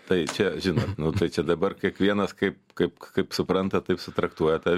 tai čia žinot nu tai čia dabar kiekvienas kaip kaip kaip supranta taip su traktuoja tą